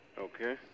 okay